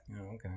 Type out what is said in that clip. Okay